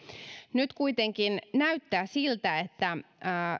nyt kuitenkin näyttää siltä että